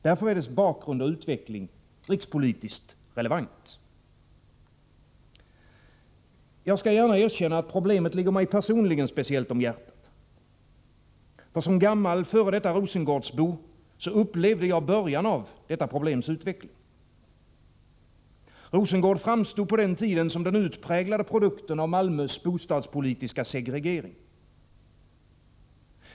Därför är dess bakgrund och utveckling rikspolitiskt relevant. Jag skall gärna erkänna att problemet ligger mig personligen speciellt om hjärtat. Som gammal f.d. rosengårdsbo upplevde jag början av detta problems utveckling. Rosengård framstod på den tiden som den utpräglade produkten av Malmös bostadspolitiska segregering.